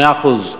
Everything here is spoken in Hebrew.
מאה אחוז.